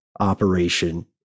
Operation